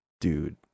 dude